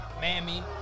Mammy